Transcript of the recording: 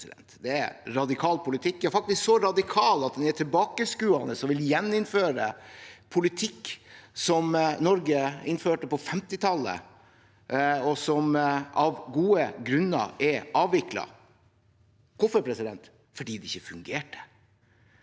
Det er radikal politikk – ja faktisk så radikal at den er tilbakeskuende, og man vil gjeninnføre politikk som Norge innførte på 1950-tallet, og som av gode grunner er avviklet. Hvorfor? Fordi det ikke fungerte.